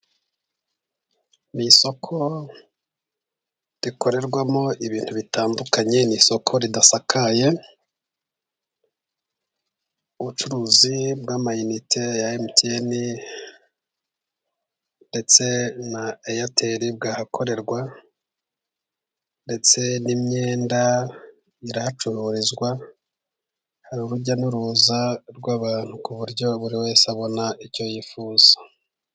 Ni isoko rikorerwamo ibintu bitandukanye. Ni isoko ridasakaye. Ubucuruzi bw'amayinite ya MTN, ndetse na airtel bwahakorerwa, ndetse n'imyenda irahacururizwa. Hari urujya n'uruza rw'abantu ku buryo buri wese abona icyo yifuza.